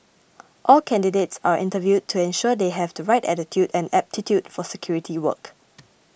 all candidates are interviewed to ensure they have the right attitude and aptitude for security work